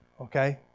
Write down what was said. okay